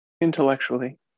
intellectually